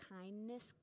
kindness